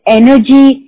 energy